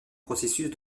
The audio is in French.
processus